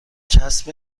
چسب